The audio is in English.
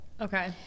Okay